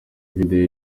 video